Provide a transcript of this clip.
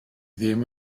ddim